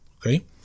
Okay